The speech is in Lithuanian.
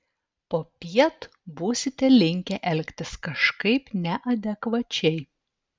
popiet būsite linkę elgtis kažkaip neadekvačiai